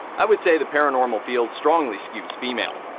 i would say the paranormal field strongly skews female.